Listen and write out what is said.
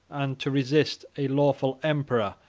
and to resist a lawful emperor,